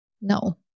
No